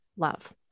love